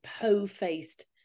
po-faced